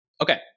Okay